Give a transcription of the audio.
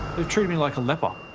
treated me like a leper.